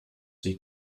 sie